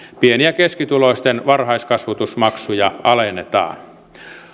pieni ja keskituloisten varhaiskasvatusmaksuja alennetaan